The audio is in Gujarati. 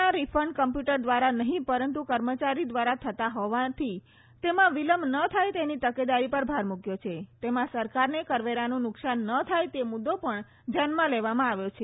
ના રીફંડ કમ્પ્યુટર દ્વારા નહીં પરંતુ કર્મચારી દ્વારા થતાં હોવાથી તેમાં વિલંબ ન થાય તેની તકેદારી પર ભાર મૂકાયો છે તેમાં સરકારને કરવેરાનું નુકસાન ન થાય તે મુદ્દો પણ ધ્યાનમાં લેવામાં આવે છે